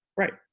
right.